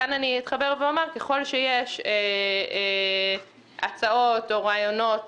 כאן אני אומרת שככל שיש הצעות או רעיונות